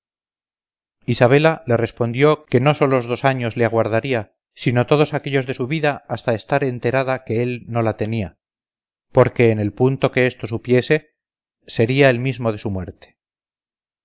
isabela le respondió que no solos dos años le aguardaría sino todos aquellos de su vida hasta estar enterada que él no la tenía porque en el punto que esto supiese sería el mismo de su muerte